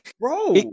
bro